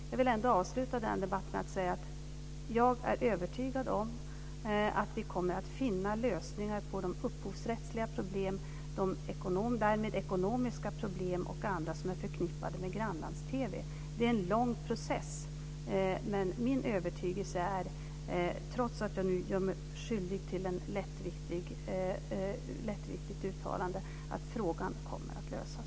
Jag vill ändå avsluta debatten med att säga att jag är övertygad om att vi kommer att finna lösningar på de upphovsrättsliga och därmed ekonomiska och andra problem som är förknippade med grannlands TV. Det är en lång process, men det är min övertygelse - det säger jag även om jag nu gör mig skyldig till ett lättviktigt uttalande - att frågan kommer att lösas.